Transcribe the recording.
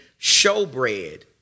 showbread